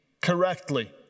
correctly